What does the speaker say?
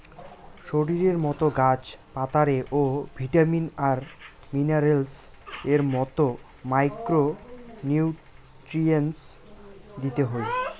শরীরের মতো গাছ পাতারে ও ভিটামিন আর মিনারেলস এর মতো মাইক্রো নিউট্রিয়েন্টস দিতে হই